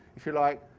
if you like,